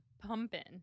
pumping